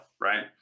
right